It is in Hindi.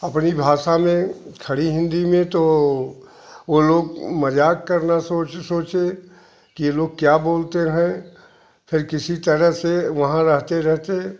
अपनी भाषा में खड़ी हिंदी में तो वो लोग मजाक करना सोच सोचें कि ये लोग क्या बोलते हैं फिर किसी तरह से वहाँ रहते रहते